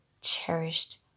cherished